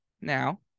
Now